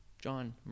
John